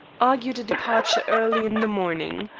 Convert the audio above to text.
argued a departure early in the morning.